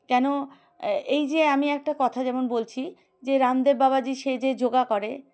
কেন এই যে আমি একটা কথা যেমন বলছি যে রামদেব বাবাজি সে যে যোগা করে